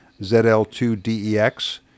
ZL2DEX